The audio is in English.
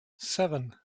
seven